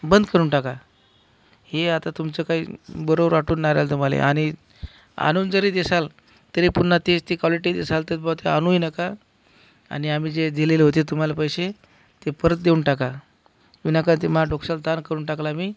बंद करून टाका हे आता तुमचं काही बरोबर वाटून नाही राहिलं तुम्हाला आणि आणून जरी देसाल तरी पुन्हा तेच ती क्वालिटी देसाल तर आणूही नका आणि आम्ही जे दिलेले होते तुम्हाला पैसे ते परत देऊन टाका विनाकारण ते माझ्या डोसक्याला ताण करून टाकला मी